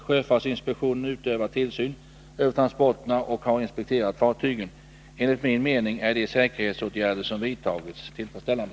Sjöfartsinspektionen utövar tillsyn över transporterna och har inspekterat fartygen. Enligt min mening är de säkerhetsåtgärder som vidtagits tillfredsställande.